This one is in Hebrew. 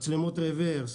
מצלמות רוורס,